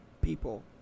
people